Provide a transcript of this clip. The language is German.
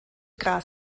gras